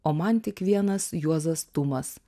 o man tik vienas juozas tumas